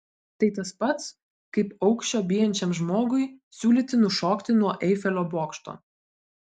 tai tas pats kaip aukščio bijančiam žmogui siūlyti nušokti nuo eifelio bokšto